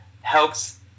helps